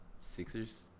Sixers